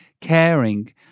caring